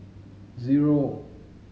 zero